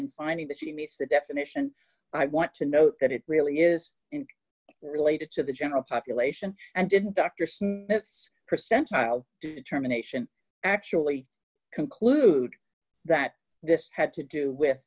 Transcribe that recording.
in finding that she meets the definition i want to note that it really is related to the general population and didn't doctors this percentile determination actually conclude that this had to do with